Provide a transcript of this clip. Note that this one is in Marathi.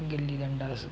गिल्ली दंडा असो